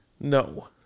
No